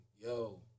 yo